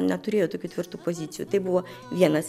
neturėjo tokių tvirtų pozicijų tai buvo vienas